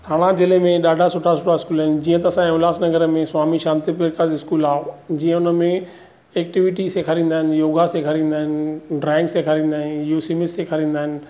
थाणा जिले में ॾाढा सुठा सुठा स्कूल आहिनि जीअं त असांजे उल्हासनगर में स्वामी शांति प्रकाश स्कूल आहे जीअं हुन में एक्टिविटी सेखारींदा आहिनि योगा सेखारींदा आहिनि ड्राइंग सेखारींदा आहिनि युसिमी सेखारींदा आहिनि